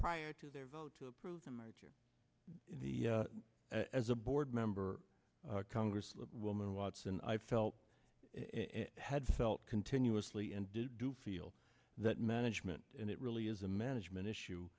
prior to their vote to approve the merger the as a board member congress woman watson i felt had felt continuously and did do feel that management and it really is a management issue